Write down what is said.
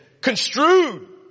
construed